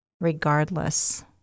regardless